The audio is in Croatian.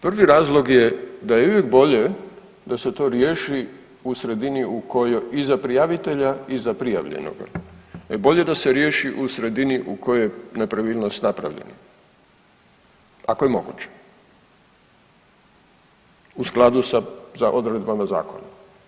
Prvi razlog je da je uvijek bolje da se to riješi u sredini u kojoj, i za prijavitelja i za prijavljenoga, e bolje da se riješi u sredini u kojoj je nepravilnost napravljena, ako je moguće u skladu sa odredbama zakona.